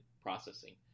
processing